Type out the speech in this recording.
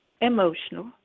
emotional